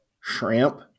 shrimp